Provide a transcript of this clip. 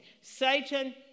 Satan